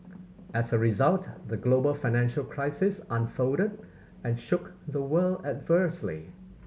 as a result the global financial crisis unfolded and shook the world adversely